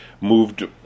moved